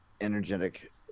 energetic